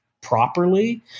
properly